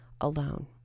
alone